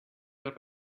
ought